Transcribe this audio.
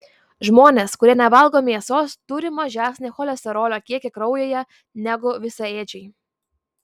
žmonės kurie nevalgo mėsos turi mažesnį cholesterolio kiekį kraujyje negu visaėdžiai